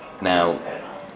Now